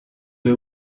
due